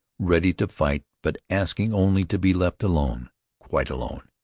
ready to fight, but asking only to be let alone quite alone.